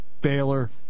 Baylor